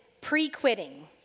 pre-quitting